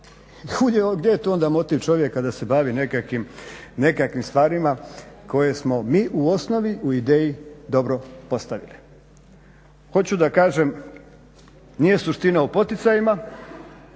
gdje je tu motiv čovjeka da se bavi nekakvim stvarima koje smo mi u osnovi u ideji dobro postavili. Hoću da kažem, nije suština u poticajima,